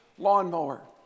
lawnmower